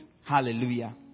Hallelujah